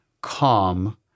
calm